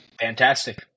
Fantastic